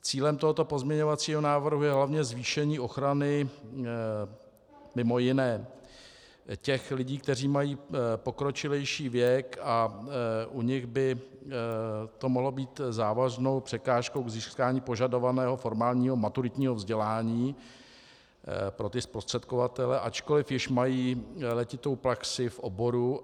Cílem tohoto pozměňovacího návrhu je hlavně zvýšení ochrany, mimo jiné, těch lidí, kteří mají pokročilejší věk, a u nich by to mohlo být závažnou překážkou k získání požadovaného formálního maturitního vzdělání pro ty zprostředkovatele, ačkoli již mají letitou praxi v oboru.